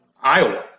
Iowa